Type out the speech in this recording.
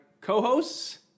co-hosts